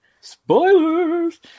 Spoilers